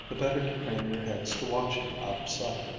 the better to crane their heads to watch him out of sight.